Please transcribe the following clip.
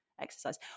exercise